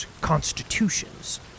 constitutions